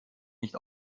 nicht